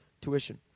tuition